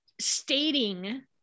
stating